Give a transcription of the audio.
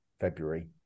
february